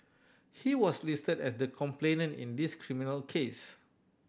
he was listed as the complainant in this criminal case